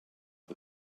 the